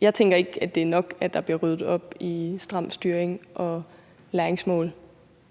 Jeg tænker ikke, at det er nok, at der bliver ryddet op i stram styring og læringsmål,